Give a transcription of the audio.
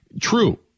True